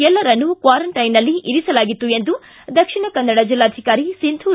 ಎಲ್ಲರನ್ನೂ ಕ್ವಾರಂಟೈನ್ನಲ್ಲಿ ಇರಿಸಲಾಗಿತ್ತು ಎಂದು ದಕ್ಷಿಣ ಕನ್ನಡ ಜಲ್ಲಾಧಿಕಾರಿ ಸಿಂಧೂ ಬಿ